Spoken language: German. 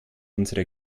unsere